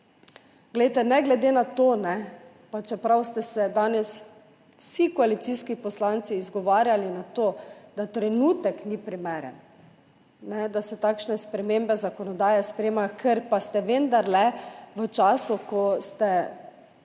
Ne glede na to, pa čeprav ste se danes vsi koalicijski poslanci izgovarjali na to, da trenutek ni primeren, da se takšne spremembe zakonodaje sprejema, ker pa ste vendarle v času, ko ste